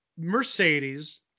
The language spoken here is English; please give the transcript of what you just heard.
Mercedes